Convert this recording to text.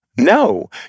No